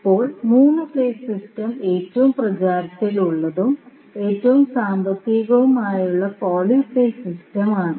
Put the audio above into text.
ഇപ്പോൾ 3 phase system ഏറ്റവും പ്രചാരത്തിലുള്ളതും ഏറ്റവും സാമ്പത്തികമായതുമായ പോളിഫേസ് സിസ്റ്റം ആണ്